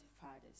fathers